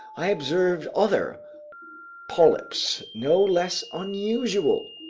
i observed other polyps no less unusual